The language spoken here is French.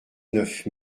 neuf